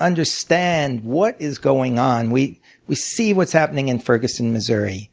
understand what is going on, we we see what's happening in ferguson, missouri.